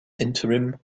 interim